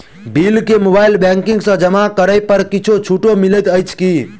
Bill केँ mobile banking सँ जमा करै पर किछ छुटो मिलैत अछि की?